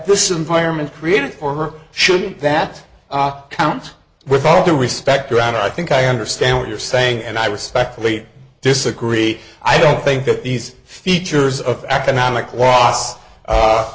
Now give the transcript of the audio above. this environment created for her shouldn't that count with all due respect around i think i understand what you're saying and i respectfully disagree i don't think that these features of economic